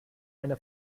eine